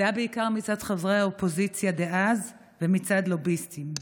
זה היה בעיקר מצד חברי האופוזיציה דאז ומצד לוביסטים.